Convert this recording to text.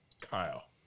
Kyle